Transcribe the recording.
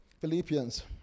Philippians